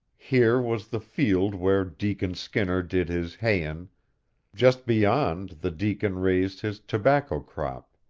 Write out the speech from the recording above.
here was the field where deacon skinner did his hayin' just beyond the deacon raised his tobacco crop.